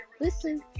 listen